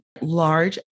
large